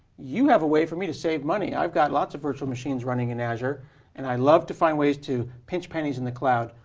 you have a way for me to save money. i've got lots of virtual machines running in azure and i love to find ways to pinch pennies in the cloud.